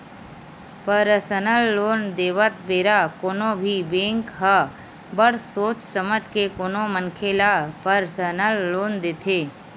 personal loan देवत बेरा कोनो भी बेंक ह बड़ सोच समझ के कोनो मनखे ल परसनल लोन देथे